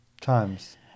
times